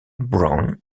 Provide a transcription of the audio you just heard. brown